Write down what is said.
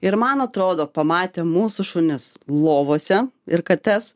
ir man atrodo pamatę mūsų šunis lovose ir kates